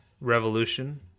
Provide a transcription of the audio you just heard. Revolution